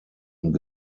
und